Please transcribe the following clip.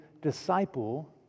Disciple